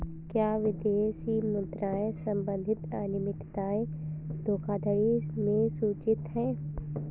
क्या विदेशी मुद्रा संबंधी अनियमितताएं धोखाधड़ी में सूचित हैं?